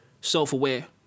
self-aware